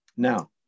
Now